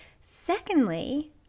secondly